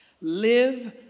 Live